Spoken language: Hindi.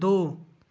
दो